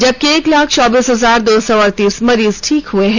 जबकि एक लाख चौबीस हजार दो सौ अड़तीस मरीज ठीक हुए हैं